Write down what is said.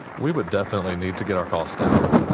we would definitely need to get our cost down.